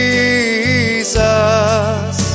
Jesus